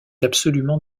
absolument